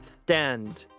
stand